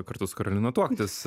kartu su karolina tuoktis